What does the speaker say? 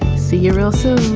see you real